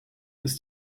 ist